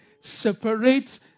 separate